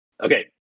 okay